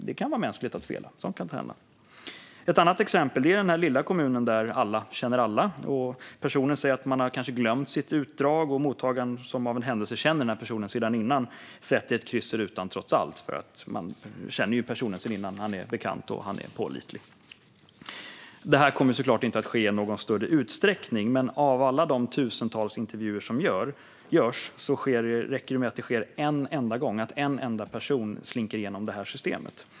Det är mänskligt att fela - sådant kan hända. Ett annat exempel är den lilla kommunen där alla känner alla och personen som söker jobb säger att han har glömt sitt utdrag. Mottagaren, som av en händelse känner denna person sedan innan, sätter ett kryss i rutan trots allt, eftersom han är bekant och pålitlig. Detta kommer såklart inte att ske i någon större utsträckning, men av alla de tusentals intervjuer som görs räcker det med att en enda person slinker igenom det här systemet.